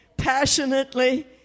passionately